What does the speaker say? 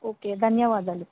okay ధన్యవాదాలు